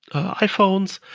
iphones.